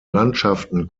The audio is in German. landschaften